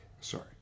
sorry